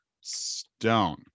stone